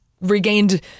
regained